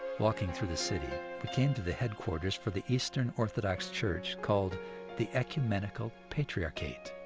walking through the city we came to the headquarters for the eastern orthodox church. called the ecumenical patriarchate.